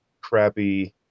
crappy